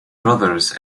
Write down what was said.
brothers